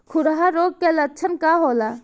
खुरहा रोग के लक्षण का होला?